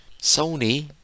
Sony